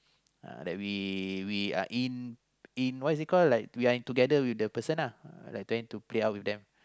uh that we we are in in what is it call like we are in together with the person uh like planning to play out with them